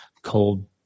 cold